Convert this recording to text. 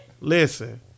Listen